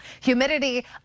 humidity